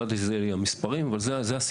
לא ידעתי שאלה יהיו המספרים אבל זה הסיפור.